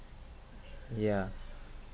yeah